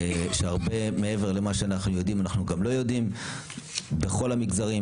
כשהרבה מעבר למה שאנחנו יודעים אנחנו גם לא יודעים בכל המגזרים